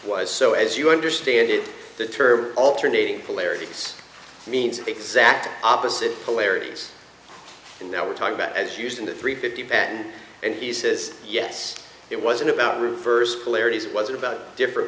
was so as you understand it the term alternating polarities means exactly opposite polarities and now we're talking about as used in the three fifty baton and he says yes it wasn't about reverse polarity it was about different